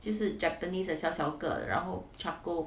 就是 japanese 的小小个的然后 charcoal